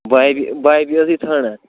بابی بابی ٲسٕے ژھانٛڈان